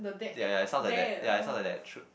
ya ya ya sounds like that ya is sound like that true